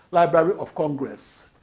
library of congress.